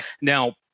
Now